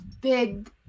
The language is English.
big